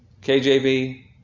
KJV